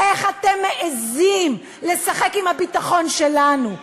איך אתם מעזים לשחק עם הביטחון שלנו?